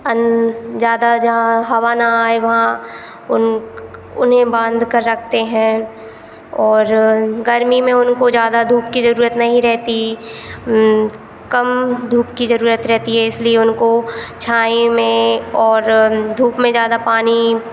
अन्य ज़्यादा जहाँ हवा न आए वहाँ उन उन्हें बाँधकर रखते हैं और गर्मी में उनको ज़्यादा धूप की ज़रूरत नहीं रहती कम धूप की ज़रूरत रहती है इसलिए उनको छाई में और धूप में ज़्यादा पानी